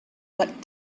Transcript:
what